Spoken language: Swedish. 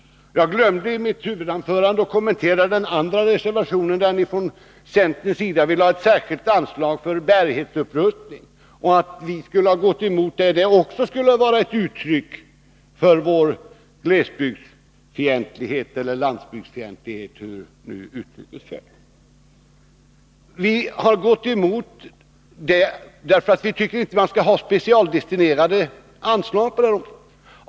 Jag glömde i mitt huvudanförande att kommentera den andra reservationen, där centerpartiet vill ha ett särskilt anslag för bärighetsupprustning. Att vi gått emot centerns yrkande på den punkten skulle vara ett uttryck för vår glesbygdsfientlighet eller landsbygdsfientlighet, hur nu uttrycket föll. Vi har gått emot det därför att vi inte tycker att man skall ha specialdestinerade anslag på det här området.